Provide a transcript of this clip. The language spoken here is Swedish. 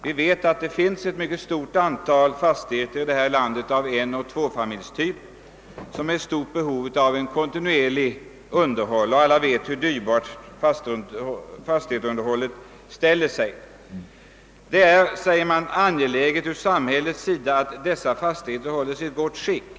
Vi vet att det i detta land finns ett mycket stort antal enoch tvåfamiljsfastigheter som är i stort behov av kontinuerligt underhåll, och vi vet också hur dyrt fastighetsunderhållet är. Det är, framhåller vi i yttrandet, angeläget från samhällets synpunkt att dessa fastigheter hålls i gott skick.